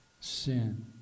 sin